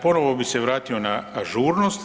Ponovno bih se vratio na ažurnost.